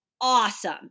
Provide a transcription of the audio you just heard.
awesome